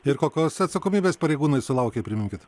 ir kokios atsakomybės pareigūnai sulaukė priminkit